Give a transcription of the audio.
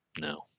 no